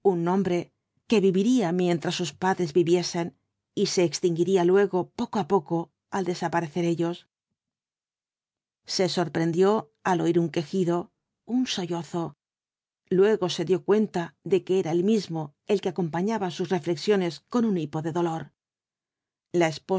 un nombre que viviría mientras sus padres vilos cuatro jinbtb del apocalipsis viesen y se extinguiría luego poco á poco al desaparecer ellos se sorprendió al oir un quejido un sollozo luegose dio cuenta de que era él mismo el que acompañaba sus reflexiones con un bipo de dolor la